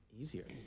easier